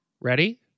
Ready